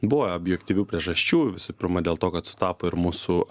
buvo objektyvių priežasčių visų pirma dėl to kad sutapo ir mūsų